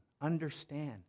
understand